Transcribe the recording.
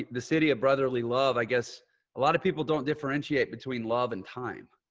the city of brotherly love, i guess a lot of people don't differentiate between love and time.